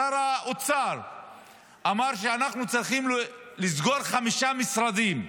שר האוצר אמר: אנחנו צריכים לסגור חמישה משרדים,